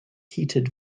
heated